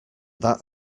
that